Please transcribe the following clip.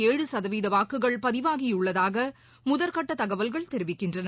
ஏழு சதவீதவாக்குகள் பதிவாகியுள்ளதாகமுதற்கட்டதகவல்கள் தெரிவிக்கின்றன